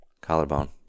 collarbone